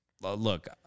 look